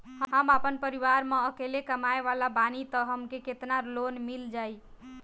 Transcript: हम आपन परिवार म अकेले कमाए वाला बानीं त हमके केतना लोन मिल जाई?